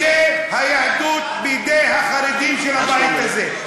בידי היהדות, בידי החרדים של הבית הזה.